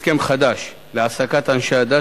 2. מזה שנתיים המשרד השיג הסכם חדש להעסקת אנשי דת